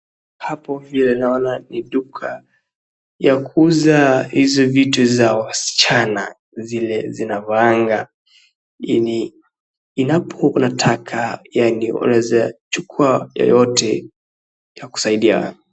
Hapo vile naona ni duka ya kuuza hizi vitu za wasichana, zile zinazovaanga. Hapo inapo unataka, yaani unaweza chukua yoyote ya kukusaidia.